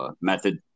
method